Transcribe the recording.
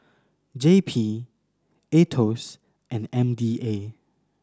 J P Aetos and M D A